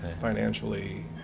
financially